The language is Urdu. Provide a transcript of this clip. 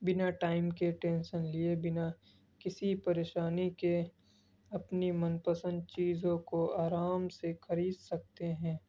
بنا ٹائم کے ٹینشن لیے بنا کسی پریشانی کے اپنی من پسند چیزوں کو آرام سے خرید سکتے ہیں